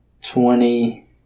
Twenty